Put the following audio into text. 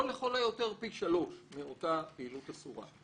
או לכל היותר פי שלושה מאותה פעילות אסורה.